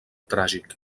tràgic